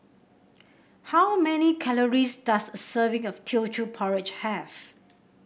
how many calories does a serving of Teochew Porridge have